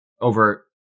over